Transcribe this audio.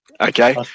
Okay